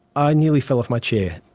i nearly fell off my chair.